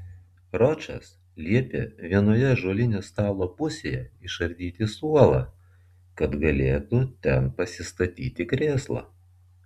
ročas liepė vienoje ąžuolinio stalo pusėje išardyti suolą kad galėtų ten pasistatyti krėslą